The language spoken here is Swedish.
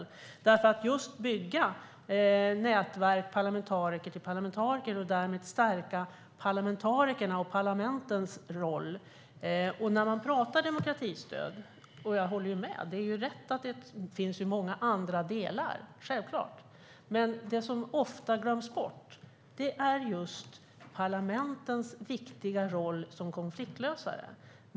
Det har varit fråga om att bygga nätverk parlamentariker till parlamentariker och därmed stärka parlamentarikerna och parlamentens roll. Vi talar här om demokratistöd. Jag håller med om att det finns många andra delar. Det som ofta glöms bort är just parlamentens viktiga roll som konfliktlösare.